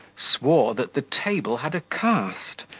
swore that the table had a cast,